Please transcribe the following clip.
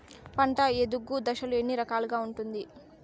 పంట ఎదుగు దశలు ఎన్ని రకాలుగా ఉంటుంది?